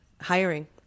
hiring